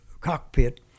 cockpit